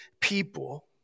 people